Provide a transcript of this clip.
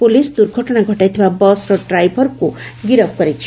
police ଦୁର୍ଘଟଶା ଘଟାଇଥିବା ବସ୍ର ଡ୍ରାଇଭରକୁ ଗିରଫ କରିଛି